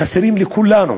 שחסרים לכולנו,